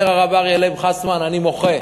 אומר הרב אריה לייב חסמן: אני מוחה,